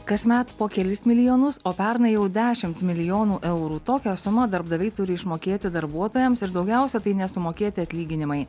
kasmet po kelis milijonus o pernai jau dešim milijonų eurų tokią sumą darbdaviai turi išmokėti darbuotojams ir daugiausiai tai nesumokėti atlyginimai